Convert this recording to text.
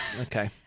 Okay